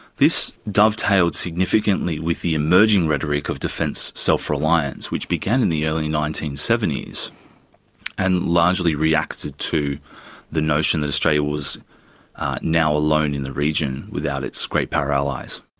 this dovetailed significantly with the emerging rhetoric of defence self-reliance which began in the early nineteen seventy s and largely reacted to the notion that australia was now alone in the region without its great power allies.